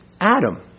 Adam